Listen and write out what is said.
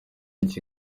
iki